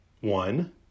one